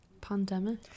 Pandemic